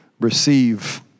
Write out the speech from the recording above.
receive